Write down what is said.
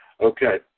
Okay